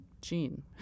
gene